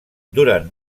durant